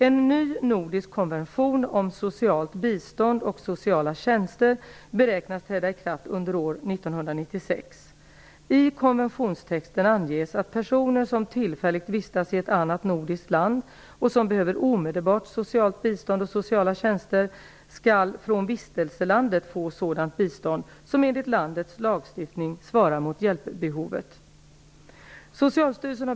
En ny nordisk konvention om socialt bistånd och sociala tjänster beräknas träda i kraft under år 1996. I konventionstexten anges att personer som tillfälligt vistas i ett annat nordiskt land och som behöver omedelbart socialt bistånd och sociala tjänster skall från vistelselandet få sådant bistånd som enligt landets lagstiftning svarar mot hjälpbehovet.